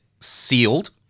sealed